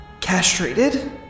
castrated